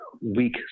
weak